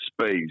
space